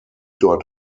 dort